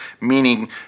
meaning